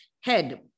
head